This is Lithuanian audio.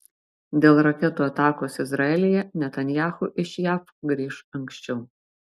dėl raketų atakos izraelyje netanyahu iš jav grįš anksčiau